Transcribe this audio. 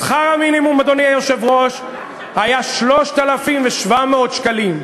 שכר המינימום, אדוני היושב-ראש, היה 3,700 שקלים.